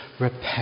repent